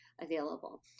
available